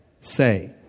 say